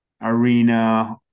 arena